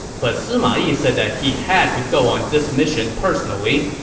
but sima yi said that he had to go on this mission personally.